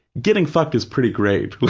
getting fucked is pretty great.